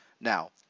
Now